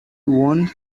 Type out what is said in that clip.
one